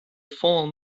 fallen